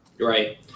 Right